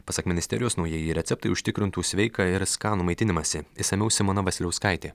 pasak ministerijos naujieji receptai užtikrintų sveiką ir skanų maitinimąsi išsamiau simona vasiliauskaitė